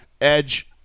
edge